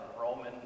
Roman